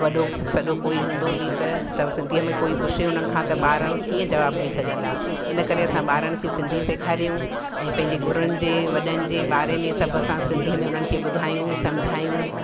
वॾो सॾो कोई हूंदो बि त त सिंधीअ में कोई पुछे हुननि खां त ॿार कीअं जवाबु ॾेई सघंदा इन करे असां ॿारनि खे सिंधी सेखारिऊं ऐं पंहिंजे गुरुनि जे वॾनि जे बारे में सभु असां सिंधी में सम्झायूं ॿुधायूं